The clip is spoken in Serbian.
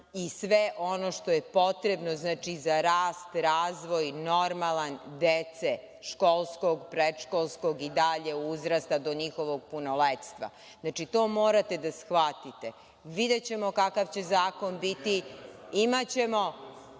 i sve ono što je potrebno za rast, razvoj normalan dece školskog, predškolskog i dalje uzrasta do njihovog punoletstva. To morate da shvatite. Videćemo kakav će zakon biti. Kada